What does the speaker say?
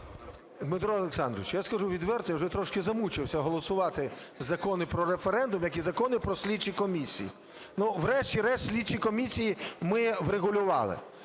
Дмитро Олександрович, я скажу відверто, я вже трошки замучився голосувати закони про референдум, як і закони про слідчі комісії. Ну, врешті-решт слідчі комісії ми врегулювали.